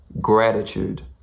gratitude